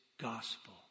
gospel